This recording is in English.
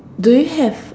do you have